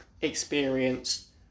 experience